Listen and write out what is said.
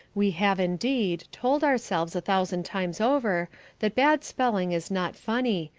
we have, indeed, told ourselves a thousand times over that bad spelling is not funny,